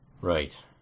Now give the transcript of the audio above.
Right